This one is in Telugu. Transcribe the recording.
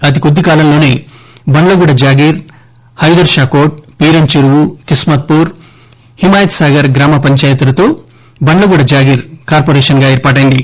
అతికొద్ది కాలంలోనే బండ్లగూడజాగీర్ హైదర్షా కోట్ పీరంచెరువు కిస్మ త్పూర్ హిమాయత్ సాగర్ గ్రామపంచాయతీలతో బండ్లగూడజాగీర్ కార్పొరేషన్గా ఏర్పాటైంది